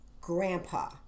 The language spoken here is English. grandpa